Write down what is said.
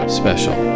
special